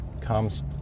comes